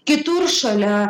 kitur šalia